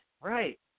Right